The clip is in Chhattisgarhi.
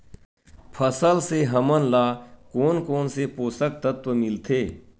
फसल से हमन ला कोन कोन से पोषक तत्व मिलथे?